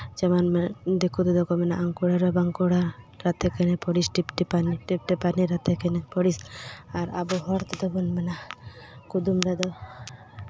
ᱡᱮᱢᱚᱱ ᱫᱤᱠᱩ ᱛᱮᱫᱚ ᱠᱚ ᱢᱮᱱᱟ ᱟᱝᱠᱩᱲᱟ ᱨᱮ ᱵᱟᱝᱠᱩᱲᱟ ᱨᱟᱛᱮ ᱠᱮᱱᱚ ᱯᱚᱲᱤᱥ ᱴᱤᱯ ᱴᱤᱯᱟᱱᱤ ᱴᱤᱯ ᱴᱤᱯᱟᱱᱤ ᱨᱟᱛᱮ ᱠᱮᱱᱮ ᱯᱚᱲᱤᱥ ᱟᱨ ᱟᱵᱚ ᱦᱚᱲ ᱛᱮᱫᱚ ᱵᱚᱱ ᱢᱮᱱᱟ ᱠᱩᱫᱩᱢ ᱨᱮᱫᱚ